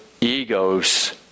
egos